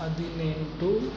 ಹದಿನೆಂಟು